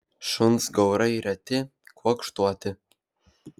šuns gaurai reti kuokštuoti